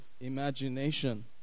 imagination